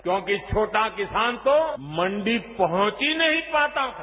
क्योंकि छोटा किसान तो मंडी पहुंच ही नहीं पाता था